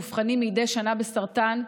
מאובחנים מדי שנה בסרטן,